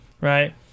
Right